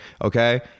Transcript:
okay